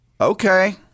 Okay